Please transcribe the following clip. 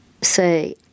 say